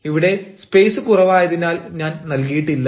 ഇവിടെ സ്പേസ് കുറവായതിനാൽ ഞാൻ നൽകിയിട്ടില്ല